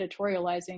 editorializing